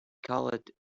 called